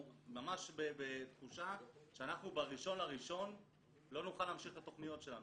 ממש בתחושה שב-1.1 לא נוכל להמשיך את התכניות שלנו,